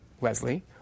Leslie